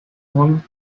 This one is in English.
known